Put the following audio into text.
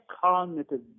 cognitive